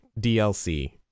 DLC